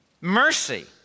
mercy